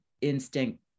instinct